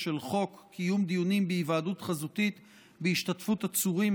ושל חוק קיום דיונים בהיוועדות חזותית בהשתתפות עצורים,